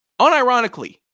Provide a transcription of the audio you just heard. unironically